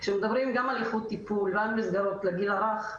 כאשר מדברים גם על איכות טיפול וגם על מסגרות לגיל הרך,